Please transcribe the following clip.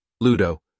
Ludo